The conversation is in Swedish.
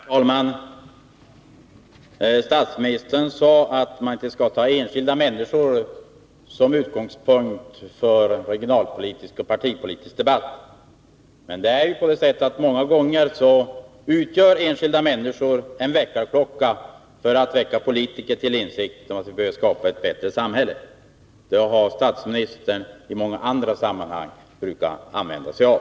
Herr talman! Statsministern sade att man inte skall ta enskilda människor som utgångspunkt för regionalpolitisk och partipolitisk debatt. Men många gånger utgör enskilda människor en väckarklocka, som gör att politikerna kommer till insikt om att vi behöver skapa ett bättre samhälle. Sådana exempel har statsministern i många andra sammanhang brukat använda sig av.